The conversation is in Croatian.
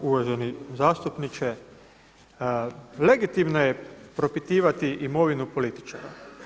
Uvaženi zastupniče legitimno je propitivati imovinu političara.